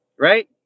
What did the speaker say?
Right